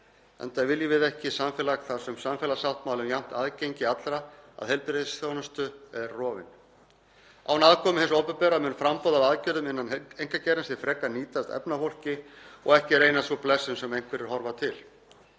enda viljum við ekki samfélag þar sem samfélagssáttmálinn um jafnt aðgengi allra að heilbrigðisþjónustu er rofinn. Án aðkomu hins opinbera mun framboð af aðgerðum innan einkageirans frekar nýtast efnafólki og ekki reynast sú blessun sem einhverjir horfa til.